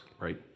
Right